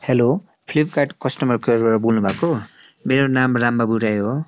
hello Flipkart customer केयरबाट बोल्नु भएको मेरो नाम राम बाबु राई हो